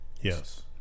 Yes